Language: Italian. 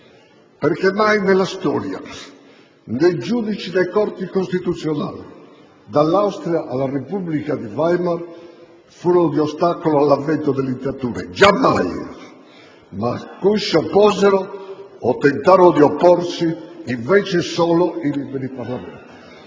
Perché mai nella storia né giudici né Corti costituzionali, dall'Austria alla Repubblica di Weimar, furono di ostacolo all'avvento delle dittature - giammai! - cui si opposero o tentarono di opporsi, invece, solo i liberi Parlamenti.